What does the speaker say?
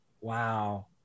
wow